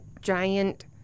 giant